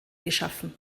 geschaffen